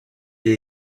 les